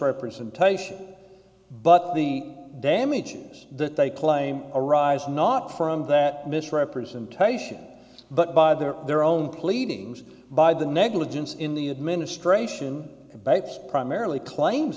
representation but the damages that they claim arise not from that misrepresentation but by their their own pleadings by the negligence in the administration abets primarily claims